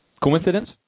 Coincidence